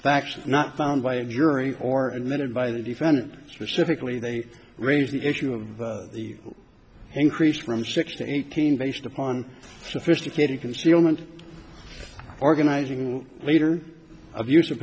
the action not found by a jury or a minute by the defendant specifically they raised the issue of the increase from six to eighteen based upon sophisticated concealment organizing leader abus